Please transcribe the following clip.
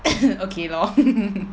okay lor